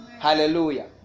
Hallelujah